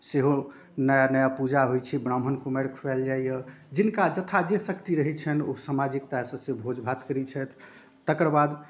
सेहो नया नया पूजा होइ छै ब्राह्मण कुमारि खुआएल जाइए जिनका जथा जे शक्ति रहै छनि ओ सामाजिकतासँ से भोज भात करै छथि तकर बाद